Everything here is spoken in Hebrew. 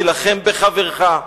תילחם בחברך.